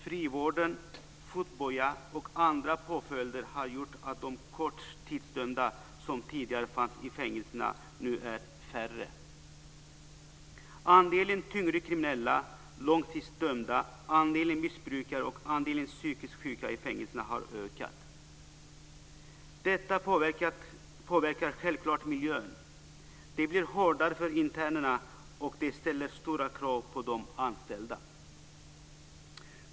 Frivården, fotbojan och andra påföljder har gjort att de korttidsdömda, som tidigare fanns i fängelserna, nu är färre. Andelen tyngre kriminella, långtidsdömda, missbrukare och psykiskt sjuka i fängelserna har ökat. Detta påverkar självklart miljön. Det blir hårdare för internerna, och det ställer stora krav på de anställda.